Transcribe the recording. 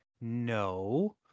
no